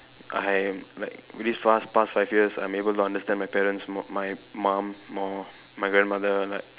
I am like with this past past five years I'm able to understand my parents m~ my mum more my grandmother like